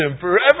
forever